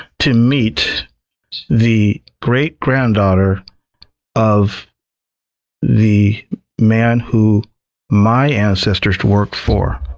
to meet the great-granddaughter of the man who my ancestors worked for.